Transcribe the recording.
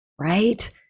Right